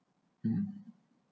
um